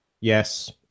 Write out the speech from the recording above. Yes